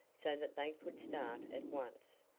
so that they could start at once.